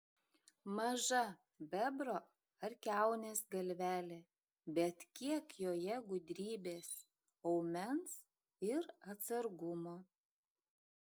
maža bebro ar kiaunės galvelė bet kiek joje gudrybės aumens ir atsargumo